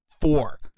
four